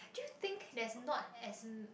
do you think there's not as